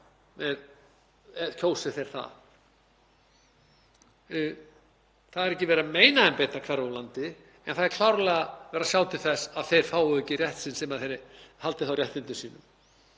Það er ekki verið að meina þeim beint að hverfa úr landi en það er klárlega verið að sjá til þess að þeir fái ekki rétt sinn, haldi réttindum sínum.